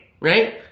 right